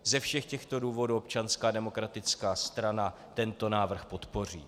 Ze všech těchto důvodů Občanská demokratická strana tento návrh podpoří.